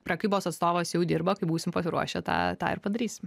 prekybos atstovas jau dirba kai būsim pasiruošę tą tą ir padarysim